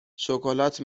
شکلات